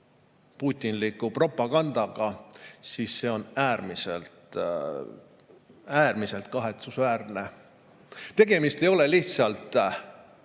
putinliku propagandaga, siis see on äärmiselt kahetsusväärne. Tegemist ei ole mitte